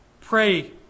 pray